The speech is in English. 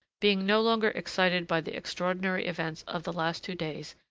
being no longer excited by the extraordinary events of the last two days,